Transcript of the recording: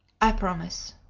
i promise.